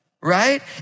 right